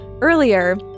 earlier